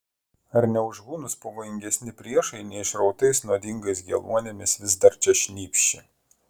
ar ne už hunus pavojingesni priešai neišrautais nuodingais geluonimis vis dar čia šnypščia